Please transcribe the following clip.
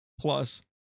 plus